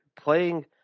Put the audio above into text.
playing